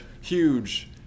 Huge